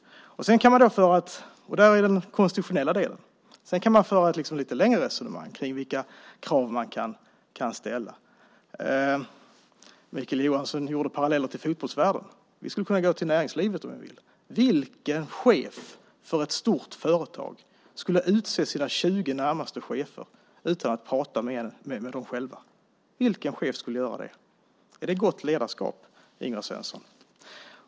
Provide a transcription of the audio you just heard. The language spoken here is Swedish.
Förklara det, Ingvar Svensson. Det är den konstitutionella delen. Sedan går det att föra ett lite längre resonemang om vilka krav som kan ställas. Mikael Johansson drog paralleller med fotbollsvärlden. Vi skulle kunna se på näringslivet. Vilken chef för ett stort företag skulle utse sina 20 närmaste chefer utan att prata med dem? Vilken chef skulle göra det? Är det gott ledarskap, Ingvar Svensson?